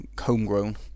homegrown